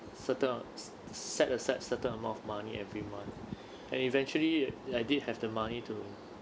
certain uh s~ set aside a certain amount of money every month and eventually I did have the money to